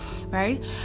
right